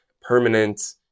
permanent